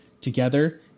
together